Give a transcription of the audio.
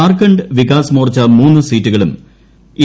ജാർഖണ്ഡ് വികാസ് മോർച്ച മൂന്ന് സീറ്റും എ